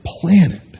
planet